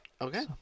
Okay